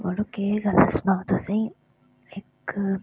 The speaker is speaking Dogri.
मड़ो केह् गल्ल सनां तुसेंई इक